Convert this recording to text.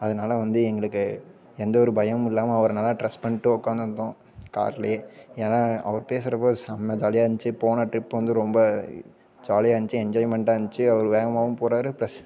அதனால வந்து எங்களுக்கு எந்த ஒரு பயமும் இல்லாமல் அவரை நல்லா ட்ரஸ்ட் பண்ணிட்டு உட்காந்து வந்தோம் காரில் ஏன்னா அவர் பேசுகிறப்போ செம்ம ஜாலியாக இருந்துச்சி போன ட்ரிப் வந்து ரொம்ப ஜாலியாக இருந்துச்சி என்ஜாய்மெண்ட்டாக இருந்துச்சி அவர் வேகமாகவும் போகிறாரு ப்ளஸ்